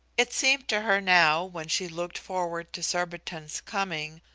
it seemed to her now, when she looked forward to surbiton's coming,